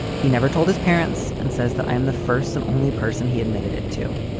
he never told his parents and says that i'm the first and only person he admitted it to.